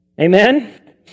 Amen